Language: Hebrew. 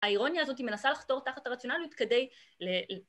‫האירוניה הזאת מנסה לחתור ‫תחת הרציונליות כדי...